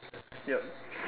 yup